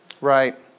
Right